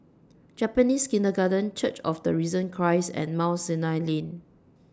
Japanese Kindergarten Church of The Risen Christ and Mount Sinai Lane